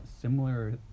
similar